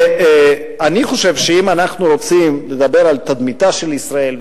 אני חושב שאם אנחנו רוצים לדבר על תדמיתה של ישראל,